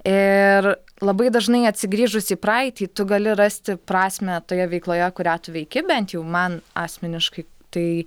ir labai dažnai atsigrįžus į praeitį tu gali rasti prasmę toje veikloje kurią tu veiki bent jau man asmeniškai tai